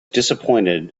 disappointed